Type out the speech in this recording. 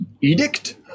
edict